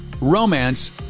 romance